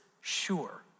sure